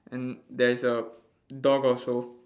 and there is a dog also